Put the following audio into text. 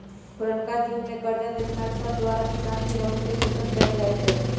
पुरनका जुग में करजा देनिहार सब द्वारा किसान के बहुते शोषण कएल जाइत रहै